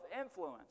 influence